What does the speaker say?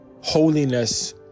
holiness